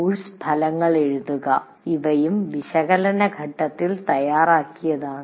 course ഫലങ്ങൾ എഴുതുക ഇവയും വിശകലന ഘട്ടത്തിൽ തയ്യാറാക്കിയതാണ്